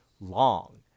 long